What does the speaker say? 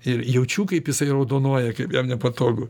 ir jaučiu kaip jisai raudonuoja kaip jam nepatogu